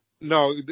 No